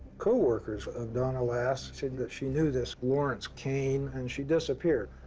coworkers of donna lass said that she knew this lawrence kane, and she disappeared.